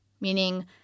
meaning